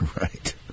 Right